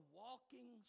walking